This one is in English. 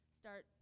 start